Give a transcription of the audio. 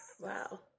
Wow